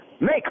Make